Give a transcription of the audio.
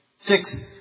six